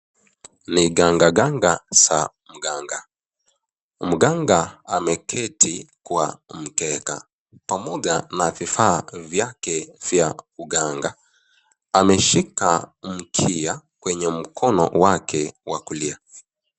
Ni ganga ganga za mganga. Mganga ameketi kwa mkeka pamoja na vifaa vyake vya uganga. Ameshika mkia kwenye mkono wake wa kulia.